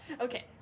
Okay